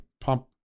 pump